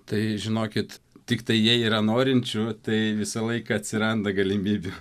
tai žinokit tiktai jei yra norinčių tai visą laiką atsiranda galimybių